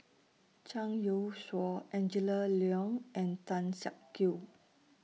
Zhang Youshuo Angela Liong and Tan Siak Kew